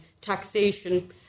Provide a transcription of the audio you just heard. taxation